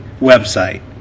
website